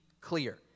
clear